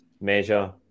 measure